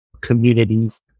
communities